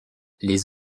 les